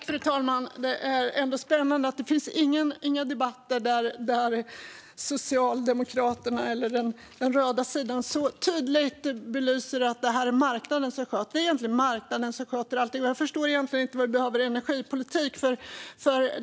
Fru talman! Det är ändå spännande att det inte finns några debatter där Socialdemokraterna eller den röda sidan så tydligt belyser att det är marknaden som sköter detta. Det är inte marknaden som sköter allt. Jag förstår inte vad vi egentligen behöver energipolitiken till.